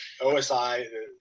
OSI